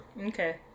okay